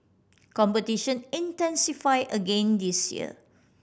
competition intensify again this year